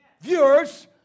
viewers